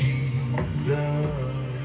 Jesus